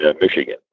Michigan